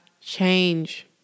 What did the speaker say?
change